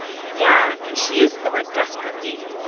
yeah. and she used the word desperately,